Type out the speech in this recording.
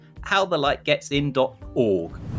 howthelightgetsin.org